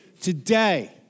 today